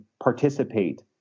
participate